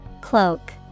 Cloak